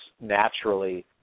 naturally